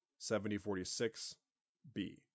7046-B